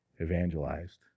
evangelized